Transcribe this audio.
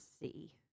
see